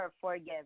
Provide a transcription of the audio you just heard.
forgive